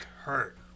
hurt